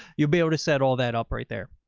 you'll be able to set all that up right there.